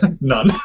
None